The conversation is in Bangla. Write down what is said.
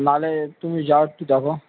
নালে তুমি যাও একটু দেখো